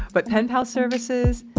but pen pal services?